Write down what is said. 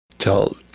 Tell